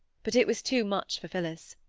but it was too much for phillis.